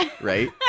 Right